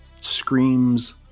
screams